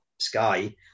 Sky